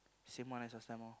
same one as last time lor